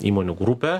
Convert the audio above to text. įmonių grupę